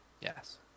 Yes